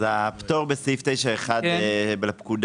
אז הפטור בסעיף 9.1 לפקודה,